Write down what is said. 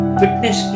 fitness